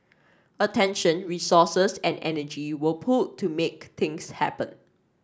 attention resources and energy were pooled to make things happen